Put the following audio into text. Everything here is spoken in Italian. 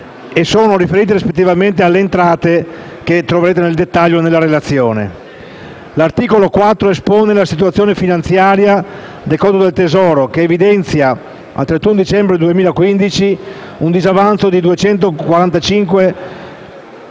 e sono riferiti rispettivamente alle entrate, che troverete nel dettaglio nella relazione. L'articolo 4 espone la situazione finanziaria del conto del Tesoro, che evidenzia, al 31 dicembre 2015, un disavanzo di